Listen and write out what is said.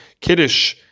Kiddush